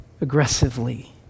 aggressively